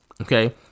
okay